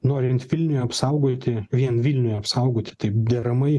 norint vilnių apsaugoti vien vilnių apsaugoti taip deramai